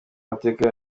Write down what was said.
mateka